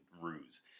ruse